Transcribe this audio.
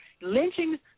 Lynchings